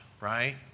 right